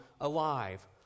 alive